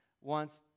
wants